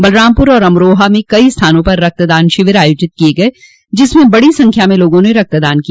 बलरामपुर और अमरोहा में कई स्थानों पर रक्तदान शिविर आयोजित किये गये जिसमें बडी संख्या में लोगों ने रक्तदान किया